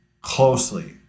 closely